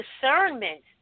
discernment